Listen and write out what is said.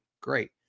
great